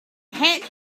hat